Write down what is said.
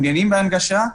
מעוניינים בהנגשה.